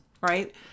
right